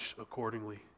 accordingly